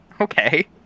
Okay